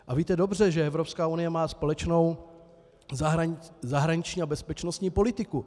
A víte dobře, že Evropská unie má společnou zahraniční a bezpečnostní politiku.